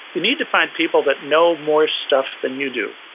you need to find people that know more stuff than you do,